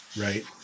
right